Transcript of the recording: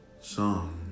song